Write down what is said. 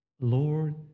Lord